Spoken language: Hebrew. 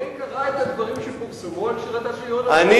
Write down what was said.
אדוני קרא את הדברים שפורסמו על שירתה של יונה וולך?